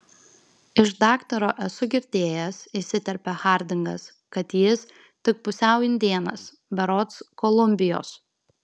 iš daktaro esu girdėjęs įsiterpia hardingas kad jis tik pusiau indėnas berods kolumbijos